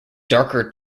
darker